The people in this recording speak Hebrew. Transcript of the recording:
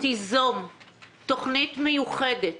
תיזום תכנית מיוחדת